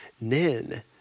nin